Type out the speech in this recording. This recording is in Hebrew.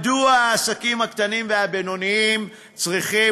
מדוע העסקים הקטנים והבינוניים צריכים